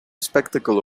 spectacle